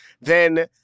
then-